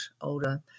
older